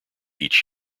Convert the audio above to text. each